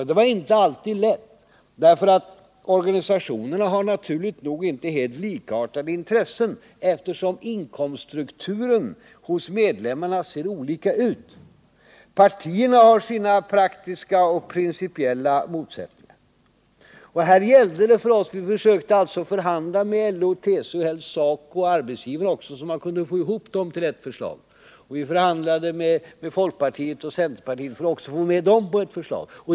Det var inte alltid lätt. Organisationerna har naturligt nog inte helt likartade intressen, eftersom inkomststrukturen hos medlemmarna ser olika ut. Partierna har sina principiella och praktiska motsättningar. Vi försökte alltså förhandla med LO, TCO och även SACO och arbetsgivarna för att få dem samman i ett förslag. Vi förhandlade med folkpartiet och centerpartiet för att också få med dem i ett förslag.